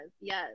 yes